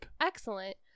excellent